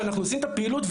כשאנחנו עושים את הפעילות,